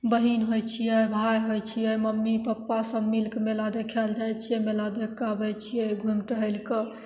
बहिन होइ छिए भाइ होइ छिए मम्मी पापा सभ मिलिके मेला देखै ले जाइ छिए मेला देखिके आबै छिए घुमि टहलिके